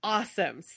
Awesome